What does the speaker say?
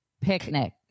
Picnic